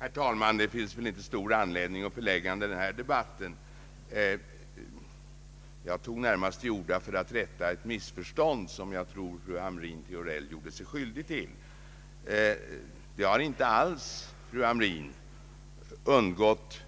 Herr talman! Det finns väl inte stor anledning att förlänga den här debatten. Jag tog till orda för att rätta till ett missförstånd som jag tror att fru Hamrin-Thorell gjorde sig skyldig till. Det har inte alls, fru Hamrin-Thorell, undgått